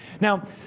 Now